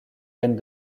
peine